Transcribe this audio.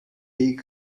big